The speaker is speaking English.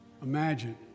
Imagine